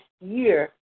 year